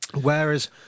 Whereas